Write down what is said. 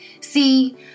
See